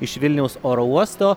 iš vilniaus oro uosto